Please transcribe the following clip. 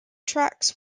tracks